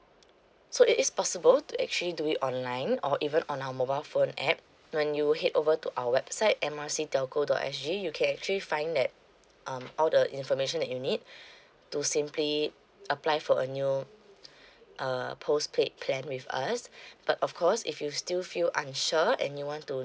so it is possible to actually do it online or even on our mobile phone app when you head over to our website mrc telco dot sg you can actually find that um all the information that you need to simply apply for a new uh postpaid plan with us but of course if you still feel unsure and you want to